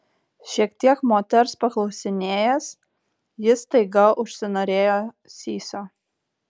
šiek tiek moters paklausinėjęs jis staiga užsinorėjo sysio